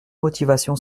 motivation